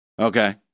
Okay